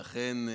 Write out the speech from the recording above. ואכן,